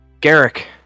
Garrick